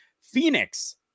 phoenix